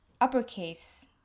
uppercase